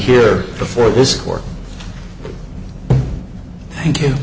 here before this court thank you